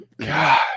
god